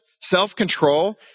self-control